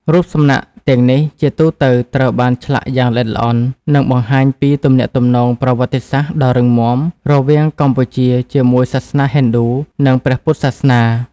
រូបសំណាកទាំងនេះជាទូទៅត្រូវបានឆ្លាក់យ៉ាងល្អិតល្អន់ និងបង្ហាញពីទំនាក់ទំនងប្រវត្តិសាស្ត្រដ៏រឹងមាំរវាងកម្ពុជាជាមួយសាសនាហិណ្ឌូ និងព្រះពុទ្ធសាសនា។